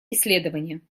исследования